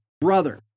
brother